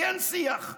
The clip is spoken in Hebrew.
כי אין שיח.